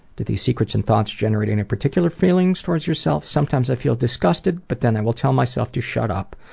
do these secrets and thoughts generate any particular feelings towards yourself? sometimes i feel disgusted, but then i will tell myself to shut up.